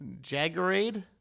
jaggerade